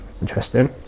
Interesting